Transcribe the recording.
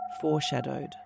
foreshadowed